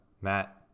Matt